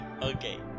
okay